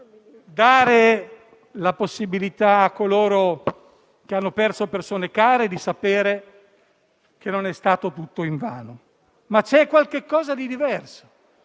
dare la possibilità, a coloro che hanno perso persone care, di sapere che non è stato tutto invano. Ma c'è qualche cosa di diverso.